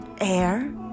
air